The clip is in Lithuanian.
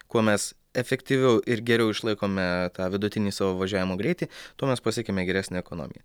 kuo mes efektyviau ir geriau išlaikome tą vidutinį savo važiavimo greitį tuo mes pasiekiame geresnę ekonomiją